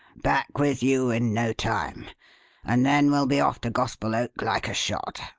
back with you in no time and then we'll be off to gospel oak like a shot.